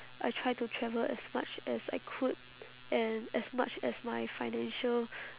I try to travel as much as I could and as much as my financial